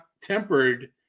tempered